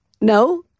No